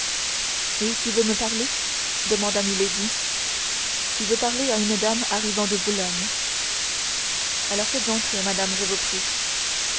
et qui veut me parler demanda milady qui veut parler à une dame arrivant de boulogne alors faites entrer madame je vous prie